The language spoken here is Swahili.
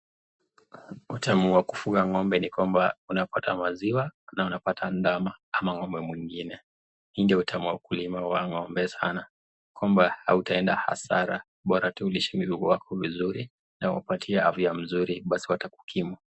Utamu wa kufuga ng'ombe ni kwamba unapata maziwa na unapata ndama ama ng'ombe mwingine. Hii ndiyo utamu wa ukulima wa ng'ombe sana kwamba hutaenda hasara bora tu ulishe mifugo wako vizuri na uwapatie afya mzuri basi watakukimu.